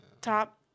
Top